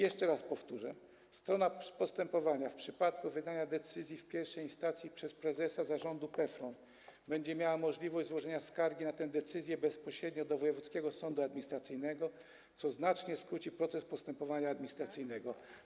Jeszcze raz powtórzę: strona postępowania w przypadku wydania decyzji w pierwszej instancji przez prezesa Zarządu PFRON będzie miała możliwość złożenia skargi na tę decyzję bezpośrednio do wojewódzkiego sądu administracyjnego, co znacznie skróci proces postępowania administracyjnego.